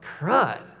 crud